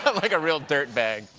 but like a real dirt bag.